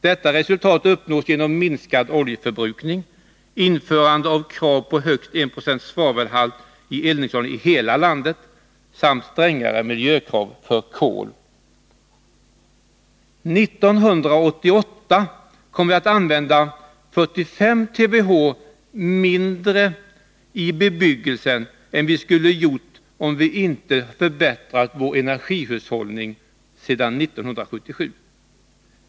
Detta resultat uppnås genom minskad oljeförbrukning, införandet av krav på högst 1 90 svavelhalt i För det tredje kommer vi 1988 att använda 45 TWh mindre i bebyggelsen än vi skulle gjort om vi inte förbättrat vår energihushållning sedan 1977.